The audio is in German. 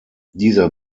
dieser